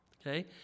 okay